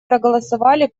проголосовали